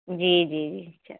जी जी जी चलो